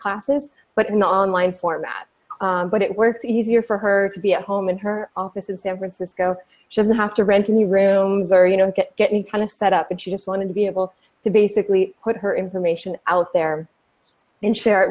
classes but not online format but it worked easier for her to be at home in her office in san francisco just have to rent a new rooms or you know get get any kind of set up and she just wanted to be able to basically put her information out there in share it